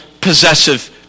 possessive